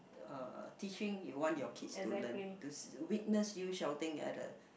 uh teaching you want your kids to learn to witness you shouting at the